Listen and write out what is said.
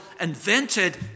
invented